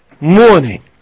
morning